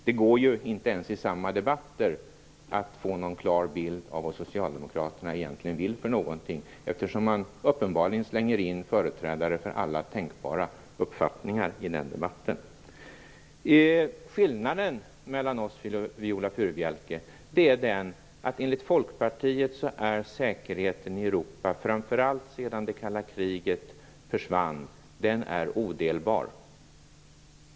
Det går inte ens i samma debatt att få någon klar bild av vad socialdemokraterna egentligen vill för någonting, eftersom man uppenbarligen slänger in företrädare för alla tänkbara uppfattningar i debatten. Skillnaden mellan oss, Viola Furubjelke, är att enligt Folkpartiet är säkerheten i Europa, framför allt sedan det kalla kriget slutade, odelbar.